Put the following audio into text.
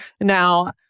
Now